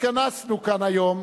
התכנסנו כאן היום